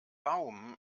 baum